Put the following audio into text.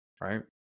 right